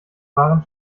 waren